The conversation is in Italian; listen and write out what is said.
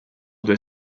due